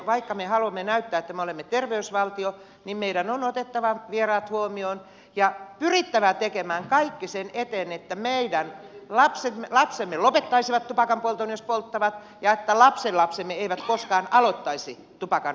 vaikka me haluamme näyttää että me olemme terveysvaltio niin meidän on otettava vieraat huomioon ja pyrittävä tekemään kaikki sen eteen että meidän lapsemme lopettaisivat tupakanpolton jos polttavat ja että lapsenlapsemme eivät koskaan aloittaisi tupakan polttamista